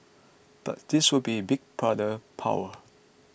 but this would be Big Brother power